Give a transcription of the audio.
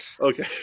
Okay